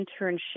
internship